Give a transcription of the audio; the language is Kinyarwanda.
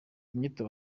inyito